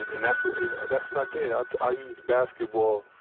and and that's what and that's what i did. i used basketball